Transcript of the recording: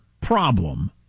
problem